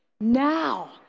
now